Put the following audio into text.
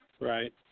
Right